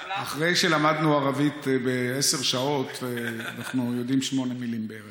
אחרי שלמדנו ערבית בעשר שעות אנחנו יודעים שמונה מילים בערך.